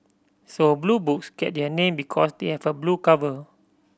so Blue Books get their name because they have a blue cover